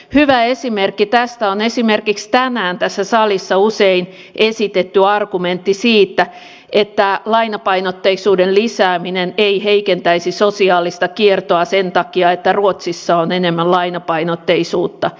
hyvä esimerkki tästä on esimerkiksi tänään tässä salissa usein esitetty argumentti siitä että lainapainotteisuuden lisääminen ei heikentäisi sosiaalista kiertoa sen takia että ruotsissa on enemmän lainapainotteisuutta